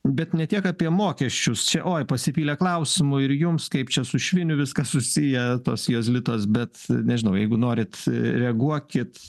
bet ne tiek apie mokesčius čia oi pasipylė klausimų ir jums kaip čia su šviniu viskas susiję tos jozlitos bet nežinau jeigu norit reaguokit